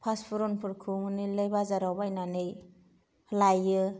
फासपुरनफोरखौ मोनैलाय बाजाराव बायनानै लायो